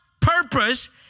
purpose